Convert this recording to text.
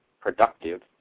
productive